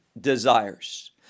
desires